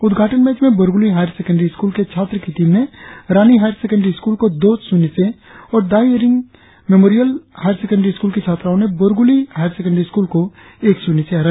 उद्घाटन मैच में Borguli higher secondary school के छात्र की टीम ने रानी हायर सेकेंड्री स्कूल को दो शुन्य से और Dai Ering memorial higher secondary school की छात्राओ ने बोरगुली हायर सेकेंड्री स्कूल को एक शुन्य से हराया